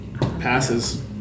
Passes